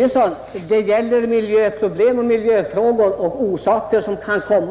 Herr talman! Det gäller miljöproblem och miljöfrågor i båda fallen, herr Börjesson